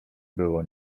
było